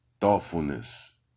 thoughtfulness